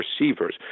receivers